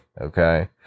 okay